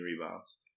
rebounds